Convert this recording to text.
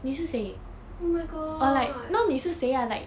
oh my god